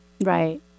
right